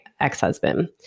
ex-husband